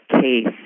case